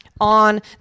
on